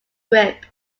grip